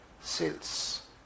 sales